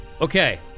Okay